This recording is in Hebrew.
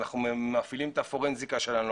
מפעילים את הפורנזיקה שלנו,